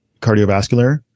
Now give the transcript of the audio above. cardiovascular